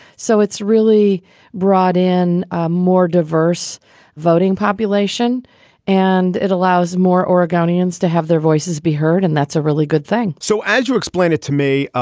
so it's really brought in ah more diverse voting population and it allows more oregonians to have their voices be heard. and that's a really good thing so as you explain it to me,